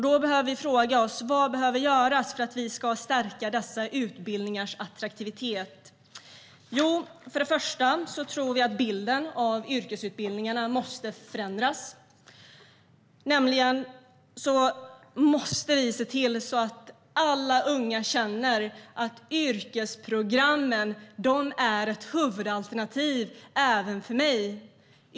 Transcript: Då behöver vi fråga oss vad som behöver göras för att stärka dessa utbildningars attraktivitet. För det första tror vi att bilden av yrkesutbildningarna måste förändras. Vi måste se till att alla unga känner att yrkesprogrammen är ett huvudalternativ även för dem.